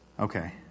Okay